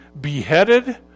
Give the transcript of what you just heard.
beheaded